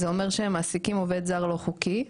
זה אומר שהם מעסיקים עובד זר לא חוקי,